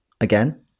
again